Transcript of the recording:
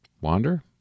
Wander